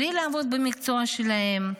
בלי לעבוד במקצוע שלהם.